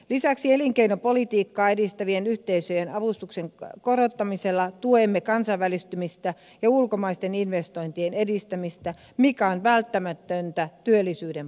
lisäksi elinkeinopolitiikkaa edistävien yhteisöjen avustuksen korottamisella tuemme kansainvälistymistä ja ulkomaisten investointien edistämistä mikä on välttämätöntä työllisyyden parantamiseksi